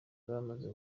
bamaze